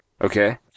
Okay